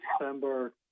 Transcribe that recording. December